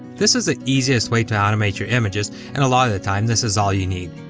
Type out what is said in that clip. this is the easiest way to animate your images, and a lot of the time, this is all you need.